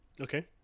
Okay